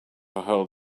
ahold